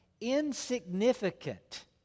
Insignificant